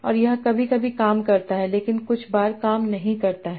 और यह कभी कभी काम करता है लेकिन कुछ बार काम नहीं करता है